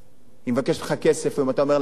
היא מבקשת ממך כסף ואתה אומר לה: אין לי.